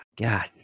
God